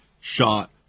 shot